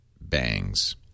bangs